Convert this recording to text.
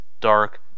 dark